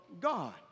God